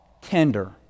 tender